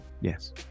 Yes